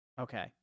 Okay